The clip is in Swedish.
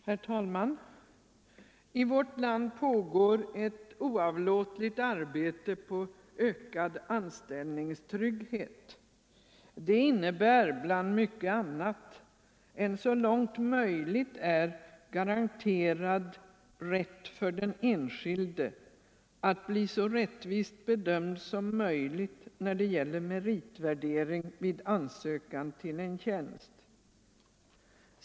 Herr talman! I vårt land pågår ett oavlåtligt arbete på att åstadkomma ökad anställningstrygghet. Det innebär bland mycket annat en, så långt möjligt är, garanterad rätt för den enskilde att bli rättvist bedömd när det gäller meritvärdering vid ansökan till en tjänst.